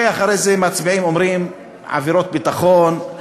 ואחרי זה מצביעים ואומרים: עבירות ביטחון,